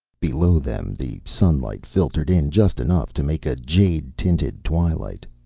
below them the sunlight filtered in just enough to make a jade-tinted twilight.